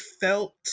felt